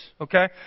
okay